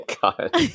god